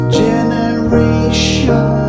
generation